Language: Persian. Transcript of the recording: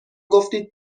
گفتید